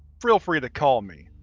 feel free to call me,